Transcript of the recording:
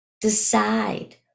Decide